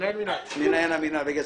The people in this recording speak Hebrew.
למעשה